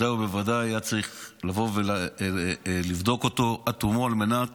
בוודאי ובוודאי היה צריך לבוא ולבדוק אותו עד תומו על מנת